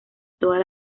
todas